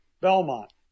Belmont